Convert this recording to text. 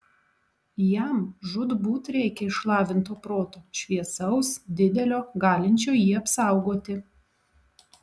jam žūtbūt reikia išlavinto proto šviesaus didelio galinčio jį apsaugoti